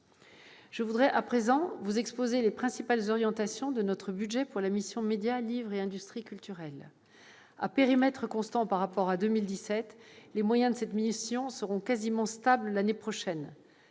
Je voudrais, à présent, vous exposer les principales orientations de notre budget pour la mission « Médias, livre et industries culturelles ». À périmètre constant par rapport à 2017, les moyens de cette mission seront quasiment stables l'année prochaine.